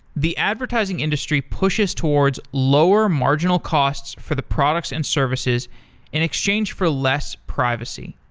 the advertising industry pushes towards lower marginal costs for the products and services in exchange for less privacy.